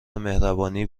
مهربانی